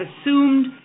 assumed